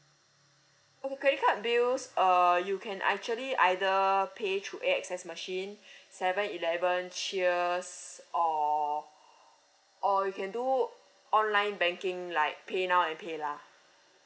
okay credit card bills uh you can actually either pay through A_X_S machine seven eleven cheers or or you can do online banking like paynow and paylah